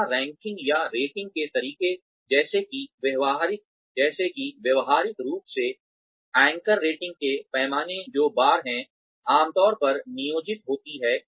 जहां रैंकिंग या रेटिंग के तरीके जैसे कि व्यवहारिक रूप से से एंकर रेटिंग के पैमाने जो बार है आमतौर पर नियोजित होती हैं